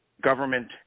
government